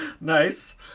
Nice